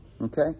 Okay